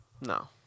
No